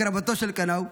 הקרבתו של קנאו,